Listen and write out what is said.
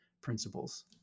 principles